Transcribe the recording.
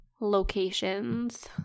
locations